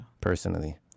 personally